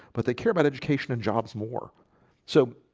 but they care about education and jobs more so,